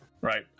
Right